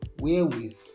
wherewith